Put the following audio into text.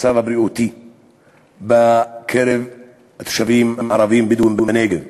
המצב הבריאותי בקרב התושבים הבדואים בנגב.